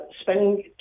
spending